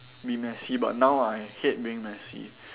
be messy but now I hate being messy